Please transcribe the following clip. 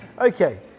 Okay